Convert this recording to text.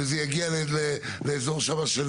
וזה יגיע לאזור שם של